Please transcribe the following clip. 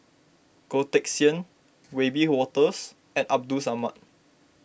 Goh Teck Sian Wiebe Wolters and Abdul Samad